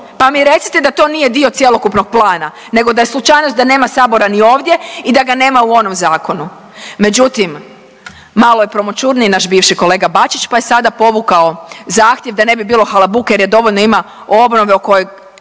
pa mi recite da to nije dio cjelokupnog plana nego da je slučajnog da nema Sabora ni ovdje i da nema ni u onom zakonu. Međutim, malo je promućurniji naš bivši kolega Bačić pa je sada povukao zahtjev da ne bi bilo halabuke jer je dovoljno ima o obnovi o kojeg